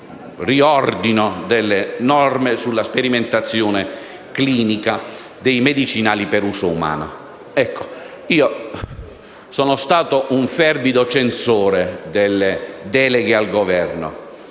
riordino delle norme sulla sperimentazione clinica dei medicinali per uso umano. Io sono stato un fervido censore delle deleghe al Governo;